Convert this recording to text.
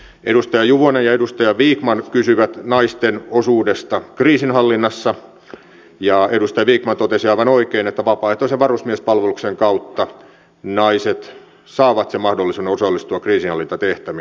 edustaja juvonen ja edustaja vikman kysyivät naisten osuudesta kriisinhallinnassa ja edustaja vikman totesi aivan oikein että vapaaehtoisen varusmiespalveluksen kautta naiset saavat mahdollisuuden osallistua kriisinhallintatehtäviin